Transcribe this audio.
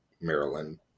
Maryland